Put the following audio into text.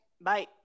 Bye